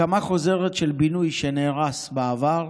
הקמה חוזרת של בינוי שנהרס בעבר,